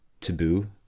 taboo